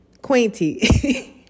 quainty